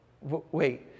Wait